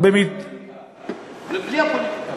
בלי הפוליטיקה.